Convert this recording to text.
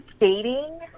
dating